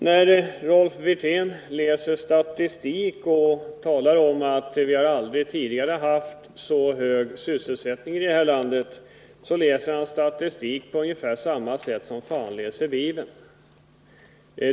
När Rolf Wirtén läser statistik och talar om att vi har aldrig tidigare haft så hög sysselsättning i det här landet, så läser han statistiken på ungefär samma sätt som fan läser Bibeln.